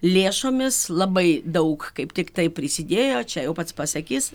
lėšomis labai daug kaip tiktai prisidėjo čia jau pats pasakys